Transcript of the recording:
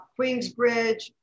Queensbridge